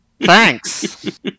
thanks